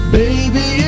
baby